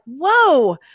whoa